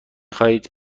خواهید